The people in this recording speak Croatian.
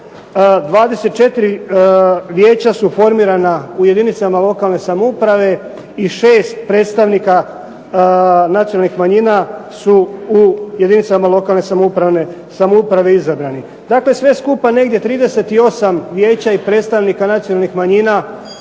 24 vijeća su formirana u jedinicama lokalne samouprave i 6 predstavnika nacionalnih manjina su u jedinicama lokalne samouprave izabrani. Dakle, sve skupa negdje 38 vijeća i predstavnika nacionalnih manjina